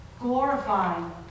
glorifying